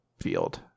field